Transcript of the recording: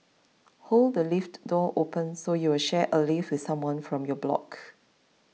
hold the lift door open so you'll share a lift with someone from your block